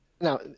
now